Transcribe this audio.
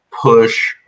push